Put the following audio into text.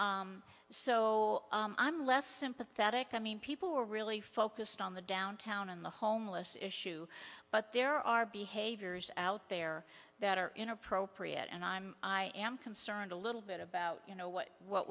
so i'm less sympathetic i mean people were really focused on the downtown and the homeless issue but there are behaviors out there that are inappropriate and i'm i am concerned a little bit about you know what what